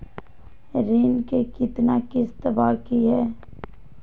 ऋण के कितना किस्त बाकी है?